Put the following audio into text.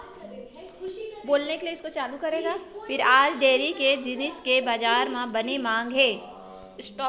आज डेयरी के जिनिस के बजार म बने मांग हे